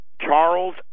Charles